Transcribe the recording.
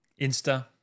Insta